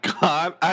God